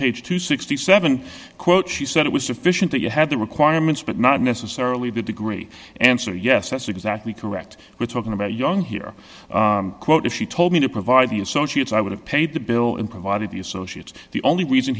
page to sixty seven quote she said it was sufficient that you had the requirements but not necessarily a good degree answer yes that's exactly correct we're talking about young here quote if she told me to provide the associates i would have paid the bill and provided the associates the only reason